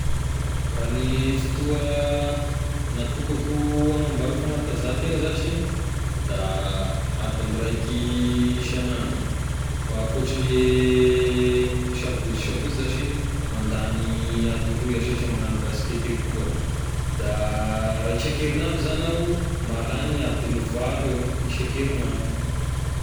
Raha ny fotoa natokako anamboarako fanatanzahantegna zashy da adin'ny raiky isan'andro, a- akoatrane sabosy, sabosy zashy mandagny andin'ny roy iaho satria magnano basikety eky koa, da raha isan-kerinandro zagny iaho mahalany adin'ny valo eo isan-kerignandro.